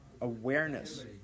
awareness